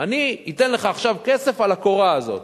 אני אתן לך עכשיו כסף על הקורה הזאת.